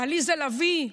ועליזה לביא,